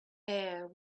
air